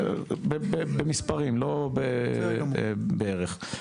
במספרים, לא בערך.